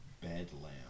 Bedlam